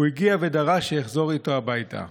הוא הגיע ודרש שאחזור איתו הביתה.